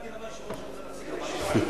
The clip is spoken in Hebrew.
לא הבנתי למה היושב-ראש רוצה להפסיק את הישיבה.